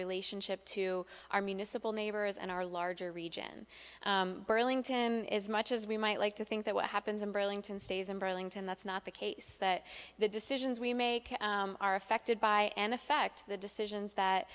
relationship to our municipal neighbors and our larger region burlington is much as we might like to think that what happens in burlington stays in burlington that's not the case that the decisions we make are affected by an effect the decisions that